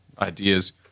ideas